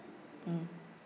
mm